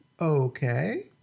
okay